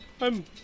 I'm-